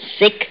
sick